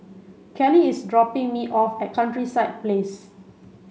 Kelli is dropping me off at Countryside Place